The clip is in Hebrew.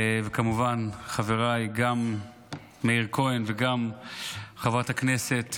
וכמובן חבריי, גם מאיר כהן וגם חברת הכנסת